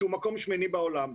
שהוא מקום שמיני בעולם.